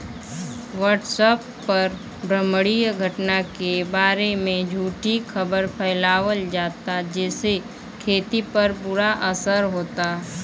WhatsApp पर ब्रह्माण्डीय घटना के बारे में झूठी खबर फैलावल जाता जेसे खेती पर बुरा असर होता